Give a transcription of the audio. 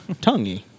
tonguey